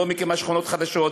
לא מקימה שכונות חדשות,